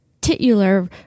titular